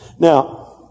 Now